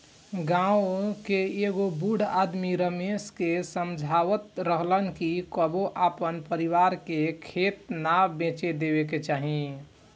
गांव के एगो बूढ़ आदमी रमेश के समझावत रहलन कि कबो आपन परिवार के खेत ना बेचे देबे के चाही